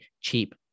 cheap